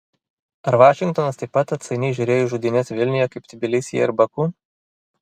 ar vašingtonas taip pat atsainiai žiūrėjo į žudynes vilniuje kaip tbilisyje ir baku